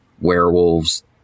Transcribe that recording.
werewolves